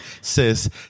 sis